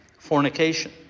Fornication